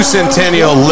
Centennial